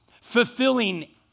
fulfilling